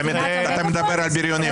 אתה מדבר על בריונים?